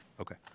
Okay